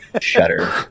Shudder